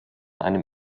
einem